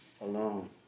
alone